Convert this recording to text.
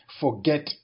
forget